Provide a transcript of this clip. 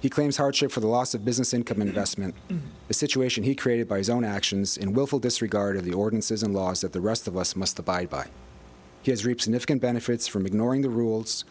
he claims hardship for the loss of business income investment the situation he created by his own actions in willful disregard of the ordinances and laws of the rest of us must abide by his reps and if can benefits from ignoring the rules